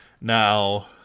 now